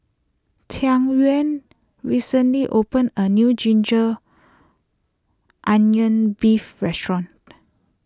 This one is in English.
Tyquan recently opened a new Ginger Onion Beef restaurant